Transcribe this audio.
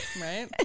Right